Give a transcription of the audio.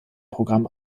programm